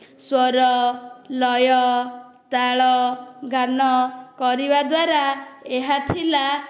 ସ୍ୱର ଲୟ ତାଳ ଗାନ କରିବା ଦ୍ୱାରା ଏହା ଥିଲା